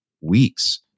weeks